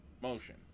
Motion